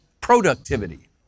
productivity